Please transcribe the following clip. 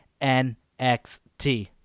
NXT